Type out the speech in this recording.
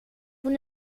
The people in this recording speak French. vous